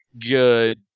good